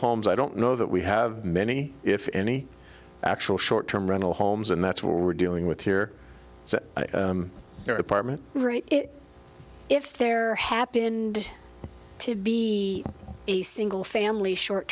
homes i don't know that we have many if any actual short term rental homes and that's what we're dealing with here so their apartment rate it if there happened to be a single family short